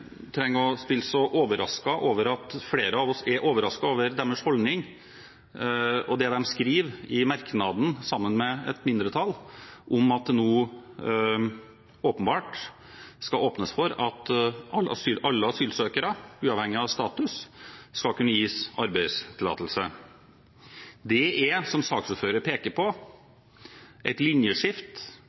trenger å spille så overrasket over at flere av oss er overrasket over deres holdning og det de skriver i merknaden sammen med et mindretall, om at det nå åpenbart skal åpnes for at alle asylsøkere, uavhengig av status, skal kunne gis arbeidstillatelse. Det er, som saksordføreren pekte på, et